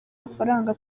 mafaranga